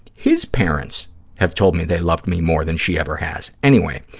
his parents have told me they loved me more than she ever has. anyway,